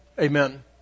Amen